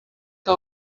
que